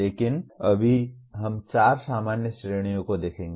लेकिन अभी हम चार सामान्य श्रेणियों को देखेंगे